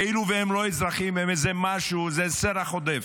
כאילו הם לא אזרחים, הם איזה משהו, סרח עודף,